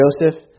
Joseph